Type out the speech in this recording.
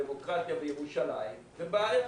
דמוקרטיה וירושלים זו בעיה,